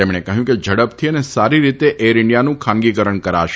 તેમણે કહ્યું કે ઝડપથી અને સારી રીતે એર ઇન્ડિયાનું ખાનગીકરણ કરાશે